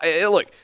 look